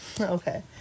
Okay